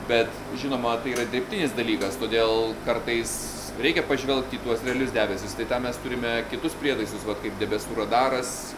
bet žinoma tai yra dirbtinis dalykas todėl kartais reikia pažvelgt į tuos realius debesis tai tam mes turime kitus prietaisus vat kaip debesų radaras